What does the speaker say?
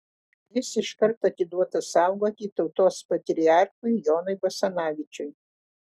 jis iškart atiduotas saugoti tautos patriarchui jonui basanavičiui